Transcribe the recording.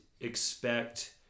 expect